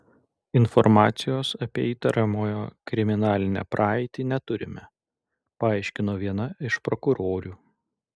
informacijos apie įtariamojo kriminalinę praeitį neturime paaiškino viena iš prokurorių